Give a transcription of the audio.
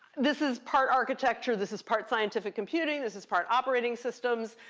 this is part architecture. this is part scientific computing. this is part operating systems.